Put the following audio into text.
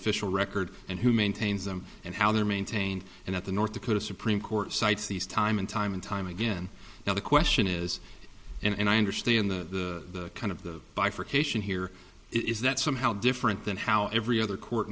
official record and who maintains them and how they're maintained and at the north dakota supreme court cites these time and time and time again now the question is and i understand the kind of the bifurcation here is that somehow different than how every other court